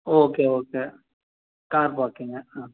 okay okay car பார்க்கிங்கு ஆ